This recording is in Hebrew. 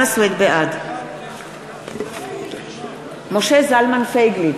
בעד משה זלמן פייגלין,